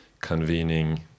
convening